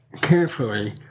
carefully